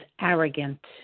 arrogant